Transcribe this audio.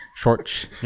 shorts